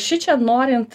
šičia norint